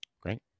Great